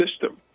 system